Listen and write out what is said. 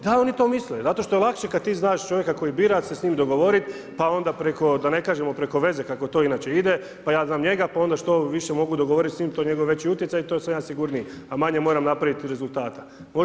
Da oni to misle, zašto je lakše kada ti znaš čovjeka koji bira se s njim dogovoriti, pa onda preko da ne kažemo preko veze kako to inače ide, pa ja znam njega, pa onda što više mogu dogovoriti to je njegov već utjecaj to sam ja sigurniji, a manje moram napraviti rezultata.